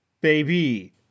baby